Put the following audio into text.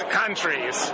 countries